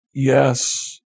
Yes